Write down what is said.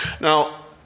Now